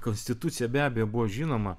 konstitucija be abejo buvo žinoma